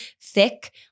thick